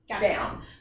down